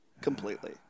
completely